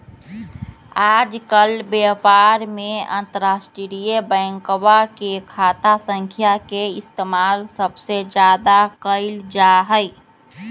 आजकल व्यापार में अंतर्राष्ट्रीय बैंकवा के खाता संख्या के इस्तेमाल सबसे ज्यादा कइल जाहई